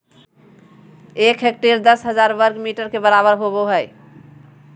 एक हेक्टेयर दस हजार वर्ग मीटर के बराबर होबो हइ